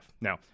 Now